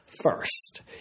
First